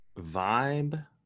vibe